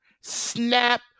snap